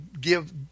give